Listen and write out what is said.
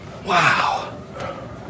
Wow